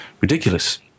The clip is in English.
ridiculous